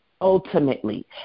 Ultimately